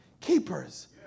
keepers